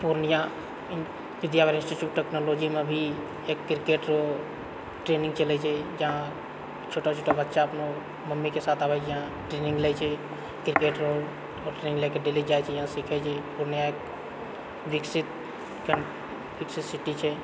Purnia Vidyabal institute टेक्नोलॉजीमे अभी एक क्रिकेट ट्रेनिङ्ग चलै छै जहाँ छोटा छोटा बच्चा अपना मम्मीके साथ आबै छै जहाँ ट्रेनिङ्ग लय छै क्रिकेट आ आओर ट्रेनिङ्ग लए कऽ डेली जाइत छै इहाँ सिखैत छै पूर्णिया विकसित कऽ विकसित सिटी छै